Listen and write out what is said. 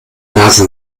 nase